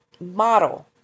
model